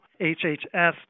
HHS